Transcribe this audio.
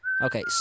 Okay